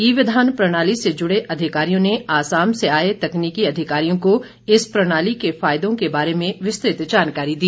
ई विधान प्रणाली से जुड़े अधिकारियों ने आसाम से आए तकनीकी अधिकारियों को इस प्रणाली के फायदों के बारे में विस्तृत जानकारी दी